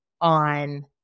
on